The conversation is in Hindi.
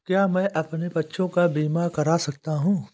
क्या मैं अपने बच्चों का बीमा करा सकता हूँ?